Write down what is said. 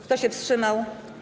Kto się wstrzymał?